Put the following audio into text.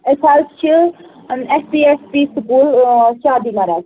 أسۍ حظ چھِ ٲں S P S P school ٲں شادی مَرگ